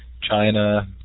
China